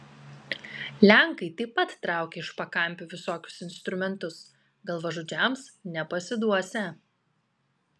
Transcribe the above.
lenkai taip pat traukia iš pakampių visokius instrumentus galvažudžiams nepasiduosią